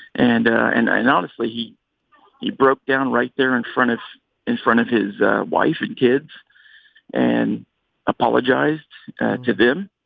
and and and honestly, he he broke down right there in front of in front of his wife and kids and apologized to them.